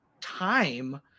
time